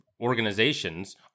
organizations